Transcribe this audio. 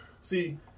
See